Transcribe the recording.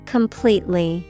Completely